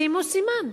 שימו סימן.